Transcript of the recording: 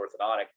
orthodontic